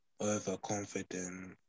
overconfident